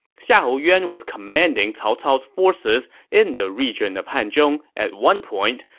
xiahou yuan was commanding cao cao's forces in the region of hanzhong at one point,